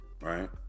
right